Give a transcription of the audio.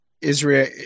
Israel